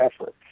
effort